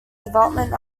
development